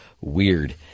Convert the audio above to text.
weird